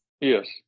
Yes